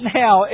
now